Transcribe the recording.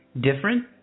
different